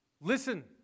listen